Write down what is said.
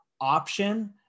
option